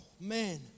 man